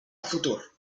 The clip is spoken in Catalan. futur